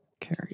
Carry